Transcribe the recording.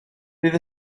bydd